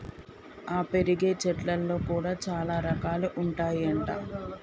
ఆ పెరిగే చెట్లల్లో కూడా చాల రకాలు ఉంటాయి అంట